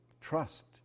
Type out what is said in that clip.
Trust